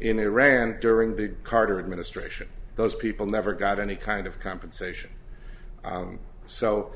in iran during the carter administration those people never got any kind of compensation so